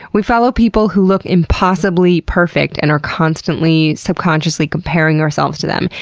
we follow people who look impossibly perfect and are constantly subconsciously comparing ourselves to them.